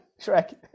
Shrek